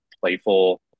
playful